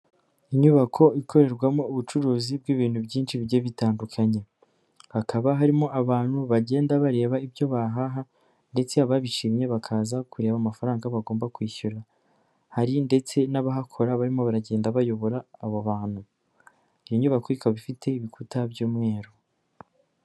Inyubako ikorerwamo ubucuruzi bw'ibintu byinshi bigiye bitandukanye, hakaba harimo abantu bagenda bareba ibyo bahaha ndetse ababishimye bakaza kureba amafaranga bagomba kwishyura, hari ndetse n'abahakora barimo baragenda bayobora abo bantu, iyi nyubako ikaba ifite ibikuta by'umweru.